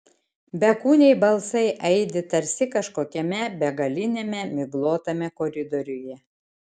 bekūniai balsai aidi tarsi kažkokiame begaliniame miglotame koridoriuje